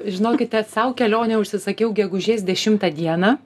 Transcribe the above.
žinokite sau kelionę užsisakiau gegužės dešimtą dieną